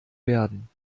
werden